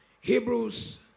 Hebrews